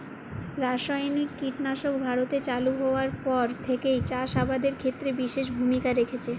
রাসায়নিক কীটনাশক ভারতে চালু হওয়ার পর থেকেই চাষ আবাদের ক্ষেত্রে বিশেষ ভূমিকা রেখেছে